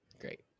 Great